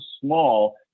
small